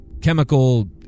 chemical